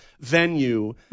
venue